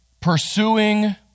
pursuing